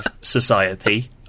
society